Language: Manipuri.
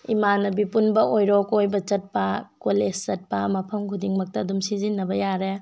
ꯏꯃꯥꯟꯅꯕꯤ ꯄꯨꯟꯕ ꯑꯣꯏꯔꯣ ꯀꯣꯏꯕ ꯆꯠꯄ ꯀꯣꯂꯦꯁ ꯆꯠꯄ ꯃꯐꯝ ꯈꯨꯗꯤꯡꯃꯛꯇ ꯑꯗꯨꯝ ꯁꯤꯖꯤꯟꯅꯕ ꯌꯥꯔꯦ